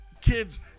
kids